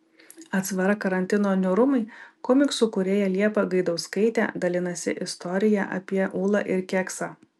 atsvara karantino niūrumui komiksų kūrėja liepa gaidauskaitė dalinasi istorija apie ūlą ir keksą